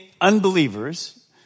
unbelievers